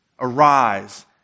Arise